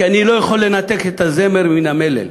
כי אני לא יכול לנתק את הזמר מן המלל.